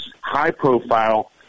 high-profile